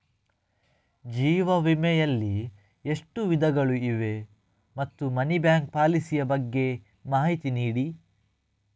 ಜೀವ ವಿಮೆ ಯಲ್ಲಿ ಎಷ್ಟು ವಿಧಗಳು ಇವೆ ಮತ್ತು ಮನಿ ಬ್ಯಾಕ್ ಪಾಲಿಸಿ ಯ ಬಗ್ಗೆ ಮಾಹಿತಿ ನೀಡಿ?